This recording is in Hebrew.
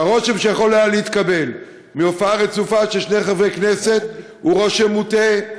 הרושם שיכול היה להתקבל מהופעה רצופה של שני חברי כנסת הוא רושם מוטעה.